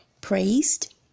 Praised